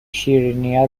شیرینیا